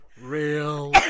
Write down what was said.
Real